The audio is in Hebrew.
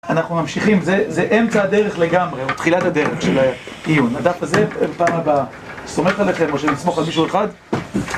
אנחנו ממשיכים, זה אמצע הדרך לגמרי, או תחילת הדרך של העיון. הדף הזה, פעם הבאה, סומך עליכם או שנסמוך על מישהו אחד?